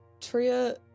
Tria